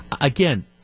Again